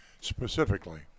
Specifically